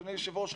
אדוני היושב-ראש,